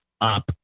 up